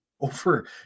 over